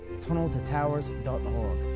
tunneltotowers.org